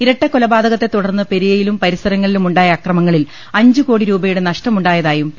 ഇരട്ടക്കൊലപാതകത്തുടർന്ന് പെരിയയിലും പരിസരങ്ങ ളിലുമുണ്ടായ അക്രമങ്ങളിൽ അഞ്ചുകോടി രൂപയുടെ നഷ്ടമുണ്ടാ യതായും പി